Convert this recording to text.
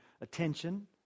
attention